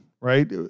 right